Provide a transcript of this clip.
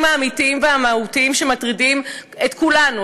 האמיתיים והמהותיים שמטרידים את כולנו,